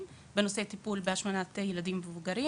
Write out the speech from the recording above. בנושא טיפול בהשמנה של ילדים ומבוגרים.